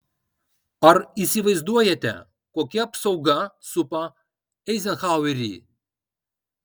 ar įsivaizduojate kokia apsauga supa eizenhauerį